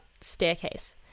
staircase